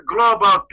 Global